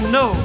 no